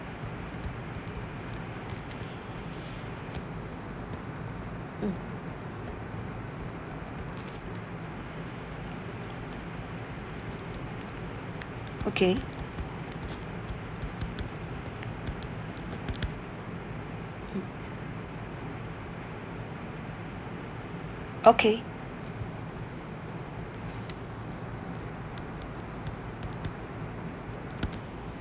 mm okay mm okay